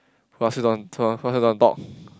who ask you don't want who ask you don't want talk